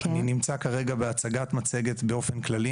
אני נמצא כרגע בהצגת מצגת באופן כללי.